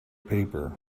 paper